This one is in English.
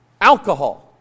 alcohol